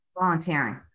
volunteering